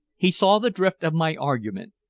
he saw the drift of my argument,